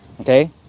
okay